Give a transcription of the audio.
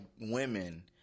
women